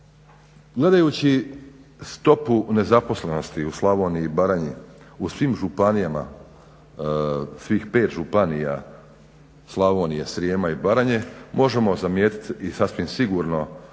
Gledajući stopu nezaposlenosti u Slavoniji i Baranji, u svim županijama, svih 5 županija Slavonije, Srijema i Baranje možemo zamijetiti i sasvim sigurno